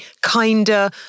kinder